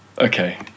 Okay